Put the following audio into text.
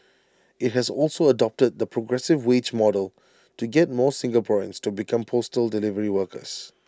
IT has also adopted the progressive wage model to get more Singaporeans to become postal delivery workers